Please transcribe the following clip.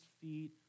feet